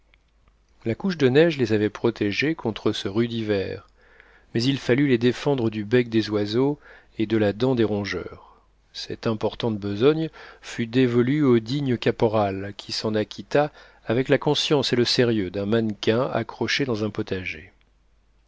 la couche de neige les avait protégées contre ce rude hiver mais il fallut les défendre du bec des oiseaux et de la dent des rongeurs cette importante besogne fut dévolue au digne caporal qui s'en acquitta avec la conscience et le sérieux d'un mannequin accroché dans un potager